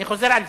אני חוזר על זה,